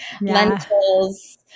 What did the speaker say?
lentils